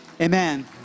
amen